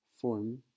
form